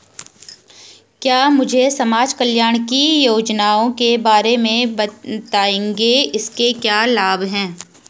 क्या मुझे समाज कल्याण की योजनाओं के बारे में बताएँगे इसके क्या लाभ हैं?